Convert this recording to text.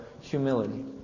humility